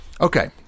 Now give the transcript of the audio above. Okay